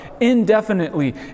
indefinitely